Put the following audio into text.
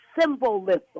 symbolism